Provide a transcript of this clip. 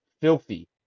filthy